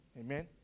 Amen